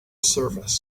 service